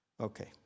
Okay